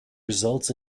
results